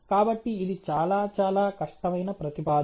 కాబట్టి ఇది చాలా చాలా కష్టమైన ప్రతిపాదన